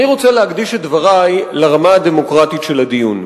אני רוצה להקדיש את דברי לרמה הדמוקרטית של הדיון.